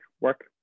work